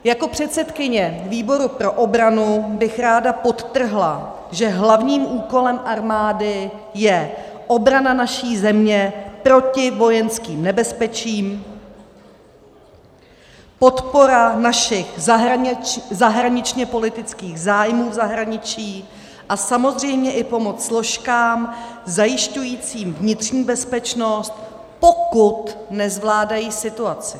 Jako předsedkyně výboru pro obranu bych ráda podtrhla, že hlavním úkolem armády je obrana naší země proti vojenským nebezpečím, podpora našich zahraničněpolitických zájmů v zahraničí a samozřejmě i pomoc složkám zajišťujícím vnitřní bezpečnost, pokud nezvládají situaci.